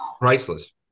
priceless